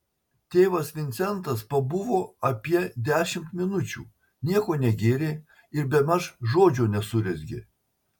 tėvas vincentas pabuvo apie dešimt minučių nieko negėrė ir bemaž žodžio nesurezgė